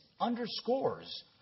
underscores